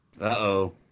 Uh-oh